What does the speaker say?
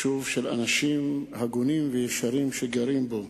יישוב של אנשים הגונים וישרים שגרים בו.